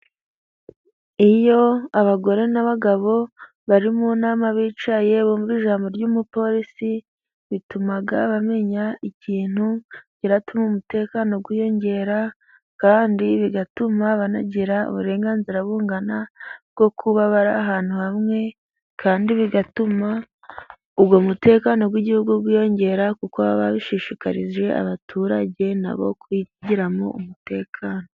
iyo abagore n'abagabo bari mu nama bicaye bumva ijambo ry'umupolisi bituma bamenya ikintu gituma umutekano wiyongera kandi bigatuma banagira uburenganzira bungana bwo kuba bari ahantu hamwe kandi bigatuma ubwo umutekano w'igihugu wiyongera kuko baba babishishikarije abaturage nabo kugiramo umutekano.